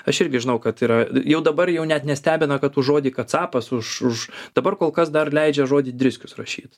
aš irgi žinau kad yra jau dabar jau net nestebina kad už žodį kacapas už už dabar kol kas dar leidžia žodį driskius rašyt